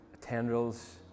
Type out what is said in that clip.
tendrils